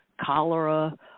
cholera